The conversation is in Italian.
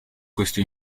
questo